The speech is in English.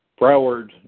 Broward